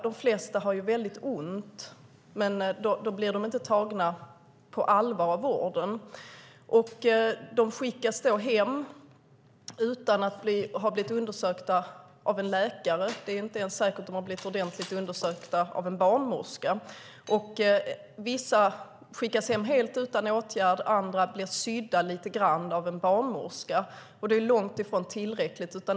De flesta har väldigt ont, men de blir inte tagna på allvar av vården. De skickas hem utan att ha blivit undersökta av en läkare. Det är inte säkert att de blivit ordentligt undersökta av en barnmorska. Vissa skickas hem helt utan åtgärd, andra blir sydda lite grann av en barnmorska. Det är långt ifrån tillräckligt.